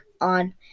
on